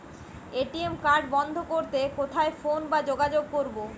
ATM card বন্ধ করতে কোথায় ফোন বা যোগাযোগ করব?